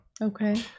Okay